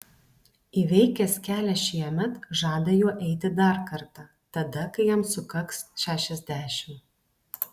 įveikęs kelią šiemet žada juo eiti dar kartą tada kai jam sukaks šešiasdešimt